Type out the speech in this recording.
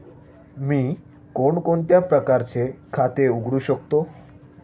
मी कोणकोणत्या प्रकारचे खाते उघडू शकतो?